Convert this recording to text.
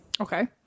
Okay